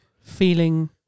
Feeling